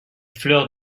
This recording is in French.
fleurs